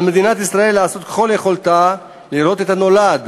על מדינת ישראל לעשות ככל יכולתה לראות את הנולד,